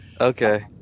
Okay